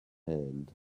hand